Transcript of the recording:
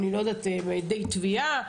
הם עדי תביעה,